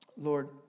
Lord